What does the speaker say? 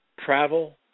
travel